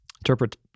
Interpret